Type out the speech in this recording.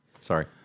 Sorry